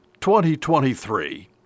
2023